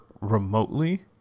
remotely